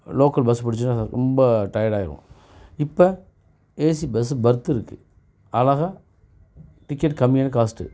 local bus புடிச்சா ரொம்ப டயர்டாகிரும் இப்போ ஏசி பஸ்ஸு பெர்த் இருக்குது அழகா டிக்கெட் கம்மியான காஸ்ட்டு